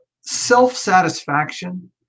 self-satisfaction